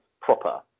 proper